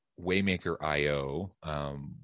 Waymaker.io